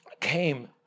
came